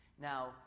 Now